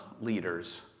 leaders